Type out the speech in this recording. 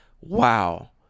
wow